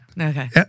Okay